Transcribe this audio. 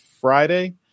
Friday